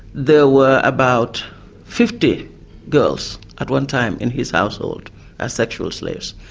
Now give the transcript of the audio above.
there were about fifty girls at one time in his household as sexual slaves,